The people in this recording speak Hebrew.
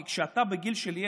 כי כשאתה ילד,